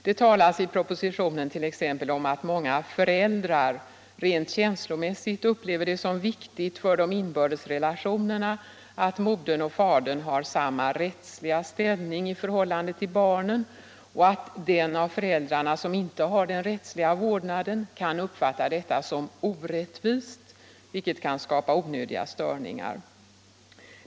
Det talas i propositionen exempelvis om att många föräldrar rent känslomässigt upplever det som viktigt för de inbördes relationerna att modern och fadern har samma rättsliga ställning i förhållande till barnen och att den av föräldrarna som inte har den rättsliga vårdnaden kan uppfatta detta som orättvist, vilket kan skapa onödiga störningar.